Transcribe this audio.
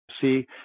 see